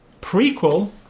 prequel